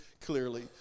clearly